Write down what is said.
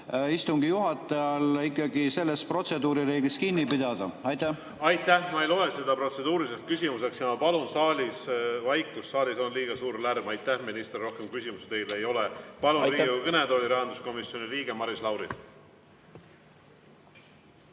istungi juhatajal sellest protseduurireeglist kinni pidada. Aitäh! Ma ei loe seda protseduuriliseks küsimuseks. Ma palun saalis vaikust, saalis on liiga suur lärm. Aitäh, minister! Rohkem küsimusi teile ei ole. Palun Riigikogu kõnetooli rahanduskomisjoni liikme Maris Lauri.